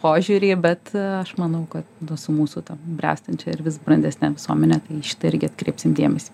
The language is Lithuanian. požiūrį bet aš manau kad su mūsų ta bręstančia ir vis brandesne visuomene į šitą irgi atkreipsim dėmesį